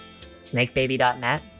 Snakebaby.net